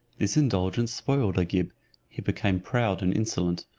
this indulgence spoiled agib he became proud and insolent,